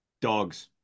Dogs